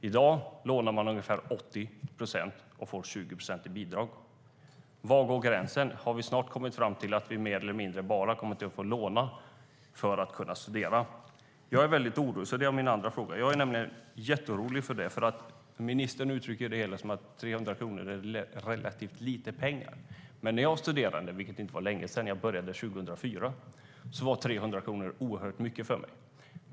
I dag lånar man ungefär 80 procent och får 20 procent i bidrag. Var går gränsen? Kommer vi snart fram till att man mer eller mindre bara får låna för att studera? Jag är jätteorolig för det. Ministern uttrycker det hela som att 300 kronor är relativt lite pengar. När jag studerade, vilket inte var länge sedan, för jag började 2004, var 300 kronor oerhört mycket för mig.